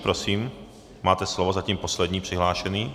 Prosím, máte slovo, zatím poslední přihlášený.